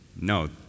No